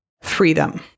freedom